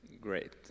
Great